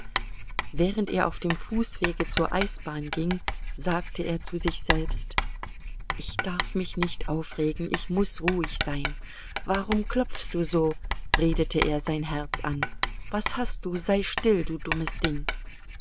während er auf dem fußwege zur eisbahn ging sagte er zu sich selbst ich darf mich nicht aufregen ich muß ruhig sein warum klopfst du so redete er sein herz an was hast du sei still du dummes ding